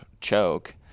choke